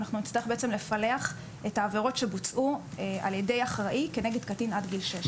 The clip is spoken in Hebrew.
אנחנו נצטרך לפלח את העבירות שבוצעו על ידי אחראי כנגד קטין עד גיל שש.